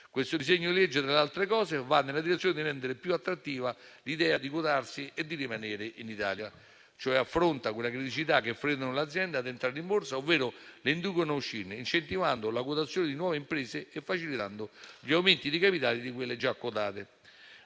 Questo disegno legge, tra le altre cose, va nella direzione di rendere più attrattiva l'idea di quotarsi e di rimanere in Italia. Affronta cioè le criticità che frenano le aziende ad entrare in borsa ovvero le inducono ad uscirne, incentivando la quotazione di nuove imprese e facilitando gli aumenti di capitale di quelle già quotate.